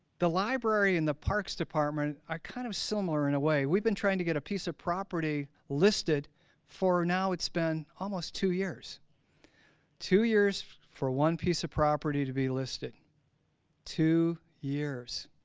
the library in the parks department are kind of similar in a way we've been trying to get a piece of property listed for now it's been almost two years two years for one piece of property to be listed two years